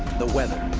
the weather.